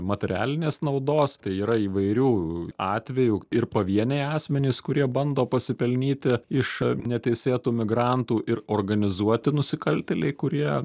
materialinės naudos tai yra įvairių atvejų ir pavieniai asmenys kurie bando pasipelnyti iš neteisėtų migrantų ir organizuoti nusikaltėliai kurie